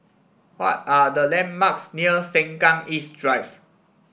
what are the landmarks near Sengkang East Drive